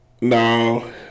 No